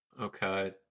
Okay